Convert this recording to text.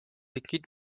écrite